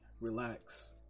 relax